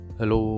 Hello